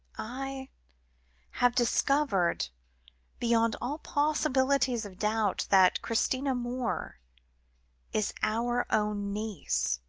i have discovered beyond all possibilities of doubt, that christina moore is our own niece.